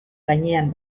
gainean